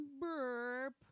burp